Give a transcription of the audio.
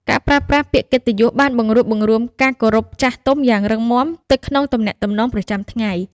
ការប្រើប្រាស់ពាក្យកិត្តិយសបានបង្រួបបង្រួមការគោរពចាស់ទុំយ៉ាងរឹងមាំទៅក្នុងទំនាក់ទំនងប្រចាំថ្ងៃ។